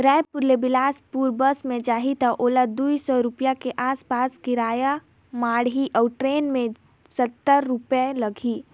रायपुर ले बेलासपुर बस मे जाही त ओला दू सौ रूपिया के आस पास बस किराया माढ़ही अऊ टरेन मे सत्तर रूपिया लागही